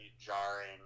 jarring